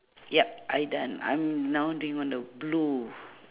yup I done I'm now doing on the blue